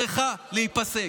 צריכה להיפסק.